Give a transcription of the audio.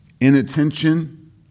inattention